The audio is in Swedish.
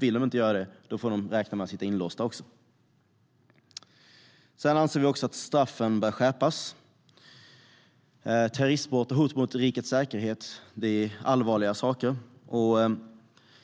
Men om de inte vill göra det får de också räkna med att sitta inlåsta. Vi anser att straffen bör skärpas. Terroristbrott och hot mot rikets säkerhet är allvarliga saker.